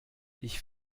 ich